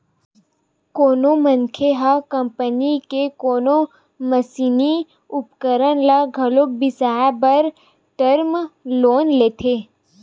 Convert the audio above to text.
कोनो मनखे ह कंपनी के कोनो मसीनी उपकरन ल घलो बिसाए बर टर्म लोन लेथे